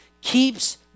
keeps